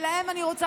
מה עם החוק?